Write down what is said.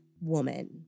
woman